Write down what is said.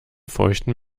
feuchten